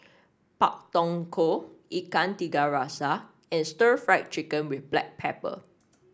Pak Thong Ko Ikan Tiga Rasa and Stir Fried Chicken with Black Pepper